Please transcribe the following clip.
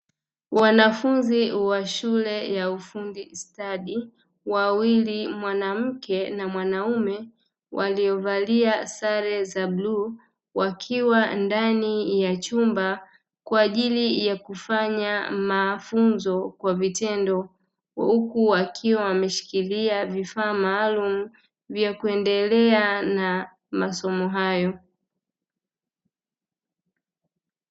Wanafunzi wa shule ya ufundi stadi, wawili mwanamke na mwanaume waliovalia sare za bluu, wakiwa ndani ya chumba kwa ajili ya kufanya mafunzo kwa vitendo, huku wakiwa wameshikilia vifaa maalumu vya kuendelea na masomo hayo.